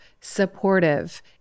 supportive